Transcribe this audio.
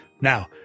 Now